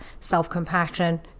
Self-compassion